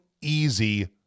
easy